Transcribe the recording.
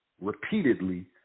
repeatedly